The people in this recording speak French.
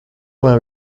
vingt